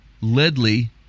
ledley